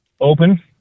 Open